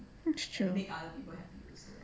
that's true